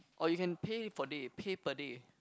or you can pay for day pay per day